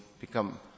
become